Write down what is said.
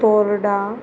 तोर्डा